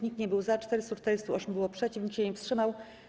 Nikt nie był za, 448 było przeciw, nikt się nie wstrzymał.